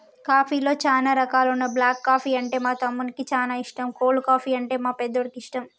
కాఫీలో చానా రకాలున్న బ్లాక్ కాఫీ అంటే మా తమ్మునికి చానా ఇష్టం, కోల్డ్ కాఫీ, అంటే మా పెద్దోడికి ఇష్టం